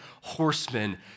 horsemen